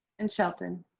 and shelton?